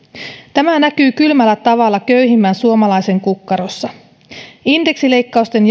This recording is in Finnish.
tämä näkyy kylmällä tavalla köyhimmän suomalaisen kukkarossa indeksileikkausten